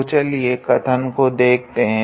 तो चलिए कथन को देखते है